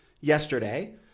yesterday